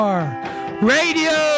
radio